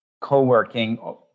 Co-working